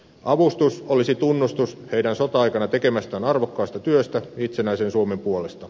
avustus olisi tunnustus heidän sota aikana tekemästään arvokkaasta työstä itsenäisen suomen puolesta